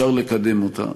ואפשר לקדם אותה.